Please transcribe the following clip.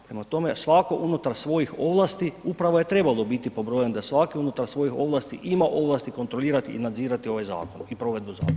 Prema tome, svatko unutar svojih ovlasti, upravo je trebalo biti pobrojano da svatko unutar svojih ovlasti ima ovlasti kontrolirati i nadzirati ovaj zakon i provedbu zakona.